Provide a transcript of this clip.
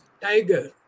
tiger